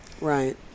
Right